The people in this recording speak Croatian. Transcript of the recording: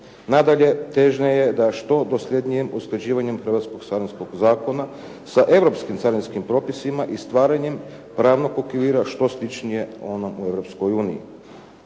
Nadalje, težnja je da što dosljednije usklađivanjem hrvatskog Carinskog zakona sa europskim carinskim propisima i stvaranjem pravnom okvir što sličnije ono u Europskoj uniji.